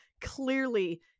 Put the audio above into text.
clearly